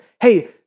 Hey